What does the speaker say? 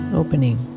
opening